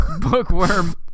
bookworm